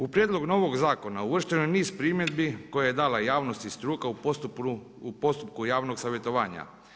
U prijedlog novog zakona uvršteno je niz primjedbi koja je dala javnosti struka u postupku javnog savjetovanja.